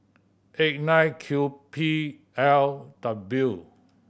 eight nine Q P L W